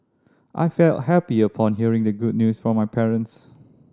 I felt happy upon hearing the good news from my parents